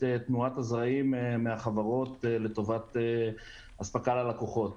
תנועת הזרעים מהחברות לטובת אספקה ללקוחות.